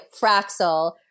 Fraxel